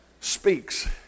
speaks